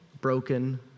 broken